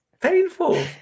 painful